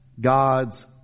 God's